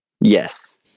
Yes